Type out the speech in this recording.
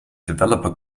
developer